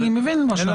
אני מבין את מה שאמרת.